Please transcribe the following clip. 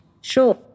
Sure